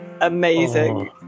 amazing